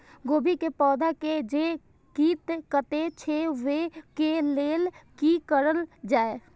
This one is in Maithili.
गोभी के पौधा के जे कीट कटे छे वे के लेल की करल जाय?